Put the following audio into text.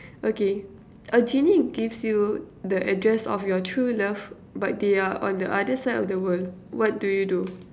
okay a genie gives you the address of your true love but they are on the other side of the world what do you do